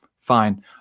fine